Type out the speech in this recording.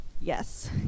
yes